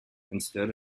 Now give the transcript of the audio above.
instead